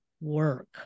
Work